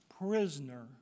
prisoner